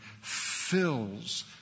fills